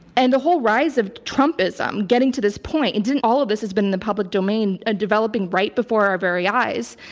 and the whole rise of trumpism getting to this point, and all of this has been in the public domain ah developing right before our very eyes.